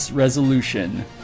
Resolution